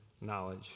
knowledge